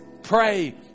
pray